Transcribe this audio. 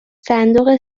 صندوق